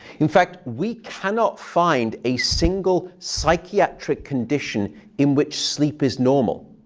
in fact, we cannot find a single psychiatric condition in which sleep is normal.